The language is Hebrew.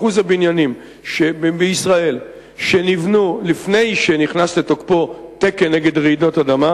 אחוז הבניינים בישראל שנבנו לפני שנכנס לתוקפו תקן נגד רעידות אדמה,